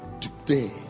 today